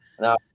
No